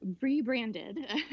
rebranded